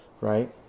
right